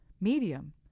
medium